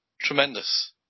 tremendous